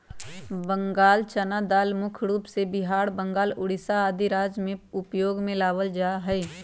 बंगाल चना दाल मुख्य रूप से बिहार, बंगाल, उड़ीसा आदि राज्य में उपयोग में लावल जा हई